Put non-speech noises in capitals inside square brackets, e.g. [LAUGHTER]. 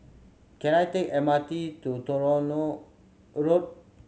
can I take M R T to [UNINTELLIGIBLE] Road